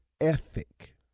ethic